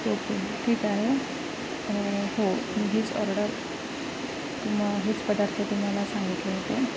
okay ठीक आहे हो हीच ऑर्डर मी हेच पदार्थ तुम्हाला सांगितले होते